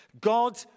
God